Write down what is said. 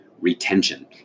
retention